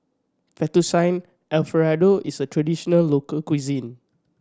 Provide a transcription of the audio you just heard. Fettuccine Alfredo is a traditional local cuisine